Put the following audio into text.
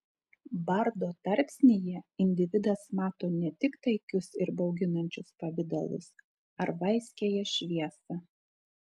bardo tarpsnyje individas mato ne tik taikius ir bauginančius pavidalus ar vaiskiąją šviesą